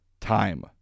time